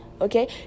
Okay